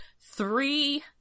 Three